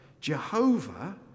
Jehovah